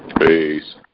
Peace